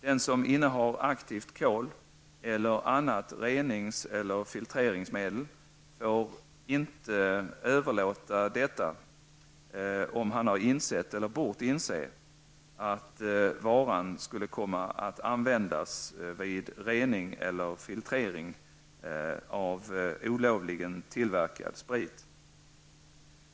Den som innehar aktivt kol eller annat renings eller filtreringsmedel får inte överlåta detta, om han har insett eller bort inse att varan skulle komma att användas vid rening eller filtrering av olovligen tillverkad sprit.